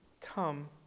come